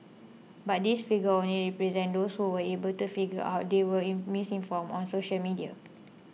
but this figure only represents those who were able to figure out they were in misinformed on social media